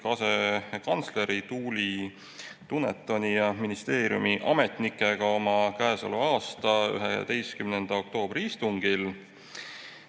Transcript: asekantsleri Tuuli Dunetoni ja ministeeriumi ametnikega oma käesoleva aasta 11. oktoobri istungil.